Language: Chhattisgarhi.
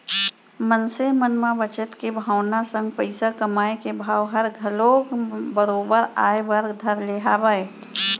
मनसे मन म बचत के भावना संग पइसा कमाए के भाव हर घलौ बरोबर आय बर धर ले हवय